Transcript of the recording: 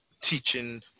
teaching